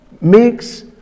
makes